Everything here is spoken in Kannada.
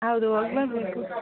ಹೌದು ರೇಟು